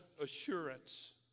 assurance